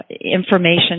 information